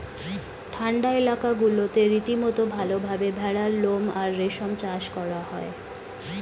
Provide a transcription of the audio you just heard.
ঠান্ডা এলাকাগুলোতে রীতিমতো ভালভাবে ভেড়ার লোম আর রেশম চাষ করা হয়